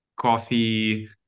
coffee